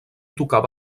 tocava